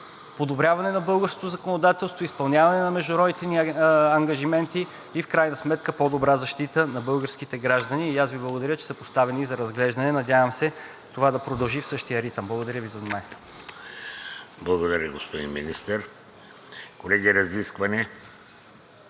подобряване на българското законодателство, изпълняване на международните ни ангажименти и в крайна сметка по-добра защита на българските граждани. Аз Ви благодаря, че са поставени на разглеждане и се надявам това да продължи в същия ритъм. Благодаря Ви за вниманието. ПРЕДСЕДАТЕЛ ВЕЖДИ РАШИДОВ: Благодаря, господин Министър. Колеги, разисквания?